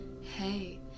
hey